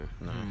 No